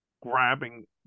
grabbing